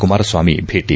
ಕುಮಾರಸ್ವಾಮಿ ಭೇಟಿ